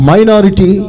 Minority